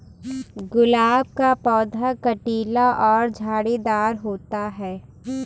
गुलाब का पौधा कटीला और झाड़ीदार होता है